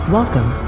Welcome